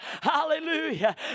Hallelujah